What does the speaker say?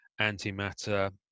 antimatter